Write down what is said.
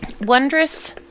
wondrous